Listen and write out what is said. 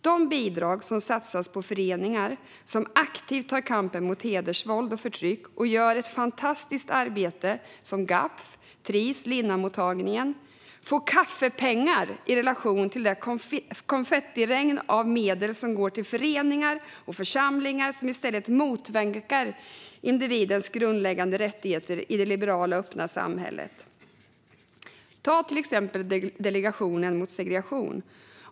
De bidrag som satsas på föreningar som aktivt tar kampen mot hedersvåld och förtryck och gör ett fantastiskt arbete - som Gapf, Tris och Linnamottagningen - är kaffepengar i relation till det konfettiregn av medel som går till föreningar och församlingar som i stället motverkar individens grundläggande rättigheter i det liberala och öppna samhället. Ta till exempel Delegationen mot segregation.